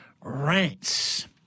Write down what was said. rants